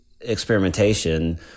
experimentation